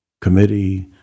committee